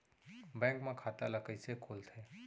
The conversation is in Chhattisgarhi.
बैंक म खाता ल कइसे खोलथे?